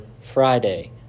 Friday